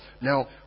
Now